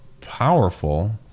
powerful